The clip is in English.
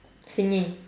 singing